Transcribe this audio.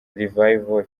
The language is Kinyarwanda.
revival